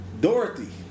Dorothy